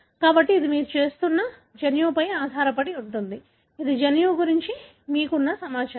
కాబట్టి ఇది మీరు చూస్తున్న జన్యువుపై ఆధారపడి ఉంటుంది ఇది జన్యువు గురించి మీకు ఉన్న సమాచారం